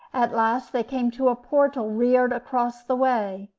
at last they came to a portal reared across the way.